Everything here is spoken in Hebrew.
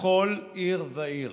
בכל עיר ועיר